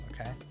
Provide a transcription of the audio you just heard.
okay